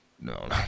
no